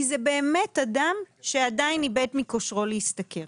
זה באמת אדם שעדיין איבד מכושרו להשתכר.